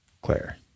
Claire